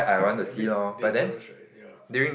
a bit a bit dangerous right ya